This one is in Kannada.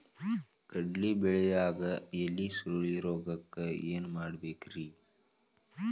ಕಡ್ಲಿ ಬೆಳಿಯಾಗ ಎಲಿ ಸುರುಳಿರೋಗಕ್ಕ ಏನ್ ಮಾಡಬೇಕ್ರಿ?